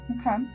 Okay